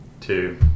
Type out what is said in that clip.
two